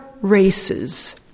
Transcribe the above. races